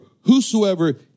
whosoever